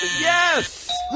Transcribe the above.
Yes